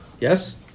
Yes